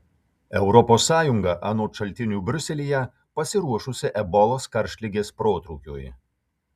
europos sąjunga anot šaltinių briuselyje pasiruošusi ebolos karštligės protrūkiui